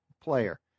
player